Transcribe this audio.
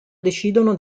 decidono